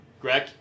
Greg